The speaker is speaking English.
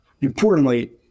importantly